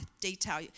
detail